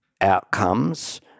outcomes